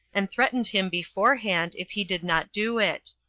and threatened him beforehand if he did not do it.